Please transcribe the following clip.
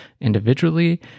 individually